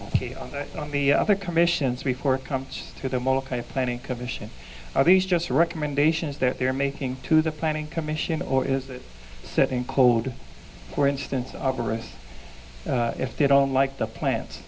ok on that on the other commission's report comes to them all kind of planning commission are these just recommendations that they're making to the planning commission or is it set in code for instance arborist if they don't like the plant